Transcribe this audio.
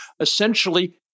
essentially